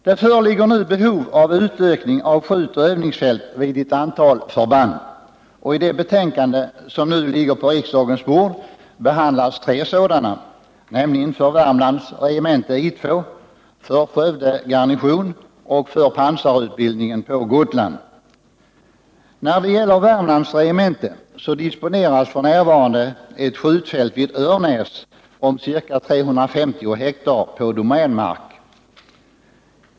Det föreligger nu behov av utökning av skjutoch övningsfält vid ett antal förband, och i det betänkande som nu ligger på riksdagens bord behandlas tre sådana, nämligen för Värmlands regemente, för Skövde garnison och för pansarutbildningen på Gotland. När det gäller Värmlands regemente disponeras f. n. skjutfält vid Örnäs om ca 350 hektar på domänmark.